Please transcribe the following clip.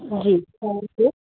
जी कंहिंखे